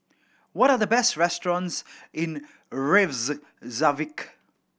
what are the best restaurants in